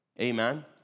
amen